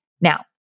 Now